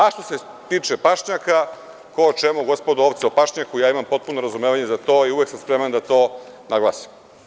A, što se tiče pašnjaka, ko o čemu gospodo, ovce o pašnjaku, ja imam potpuno razumevanje za to i uvek sam spreman da to naglasim.